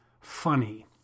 funny